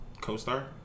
co-star